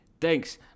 thanks